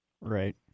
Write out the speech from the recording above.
right